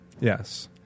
Yes